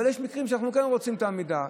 אבל יש מקרים שאנחנו כן רוצים את העמידה.